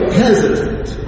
hesitant